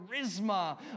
charisma